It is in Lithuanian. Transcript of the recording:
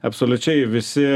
absoliučiai visi